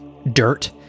dirt